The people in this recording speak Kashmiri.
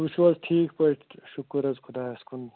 تُہۍ چھُو حظ ٹھیٖک پٲٹھی شُکُر حظ خُدایَس کُن